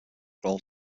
grohl